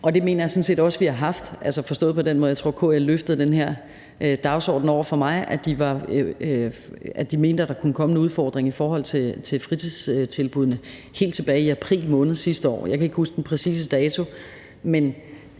Det mener jeg sådan set også vi har haft, altså forstået på den måde, at KL løftede den her dagsorden over for mig, fordi de mente, at der kunne komme en udfordring i forhold til fritidstilbuddene, helt tilbage i april måned sidste år. Jeg kan ikke huske den præcise dato,